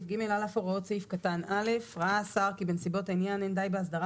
"(ג)על אף הוראות סעיף קטן (א) - ראה השר כי בנסיבות העניין אין די באסדרה